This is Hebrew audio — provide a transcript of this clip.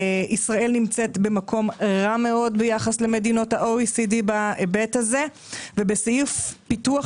ישראל נמצאת במקום רע מאוד ביחס למדינות ה-OECD בהיבט הזה ובסעיף פיתוח